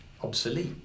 obsolete